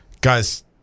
guys